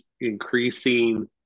increasing